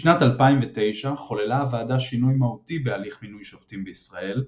בשנת 2009 חוללה הוועדה שינוי מהותי בהליך מינוי שופטים בישראל,